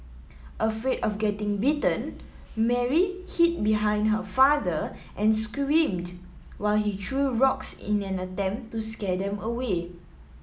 afraid of getting bitten Mary hid behind her father and screamed while he threw rocks in an attempt to scare them away